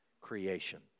creation